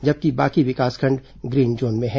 जबकि बाकी विकासखंड ग्रीन जोन में हैं